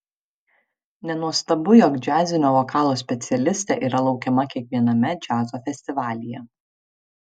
nenuostabu jog džiazinio vokalo specialistė yra laukiama kiekviename džiazo festivalyje